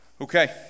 Okay